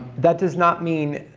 that does not mean,